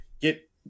get